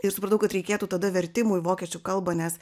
ir supratau kad reikėtų tada vertimų į vokiečių kalbą nes